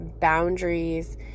boundaries